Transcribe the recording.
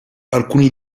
alcuni